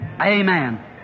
Amen